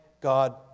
God